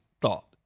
thought